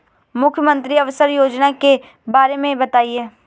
मुख्यमंत्री आवास योजना के बारे में बताए?